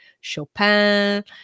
chopin